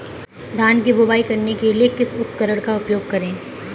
धान की बुवाई करने के लिए किस उपकरण का उपयोग करें?